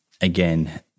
again